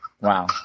Wow